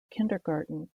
kindergarten